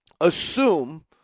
assume